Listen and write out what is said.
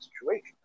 situation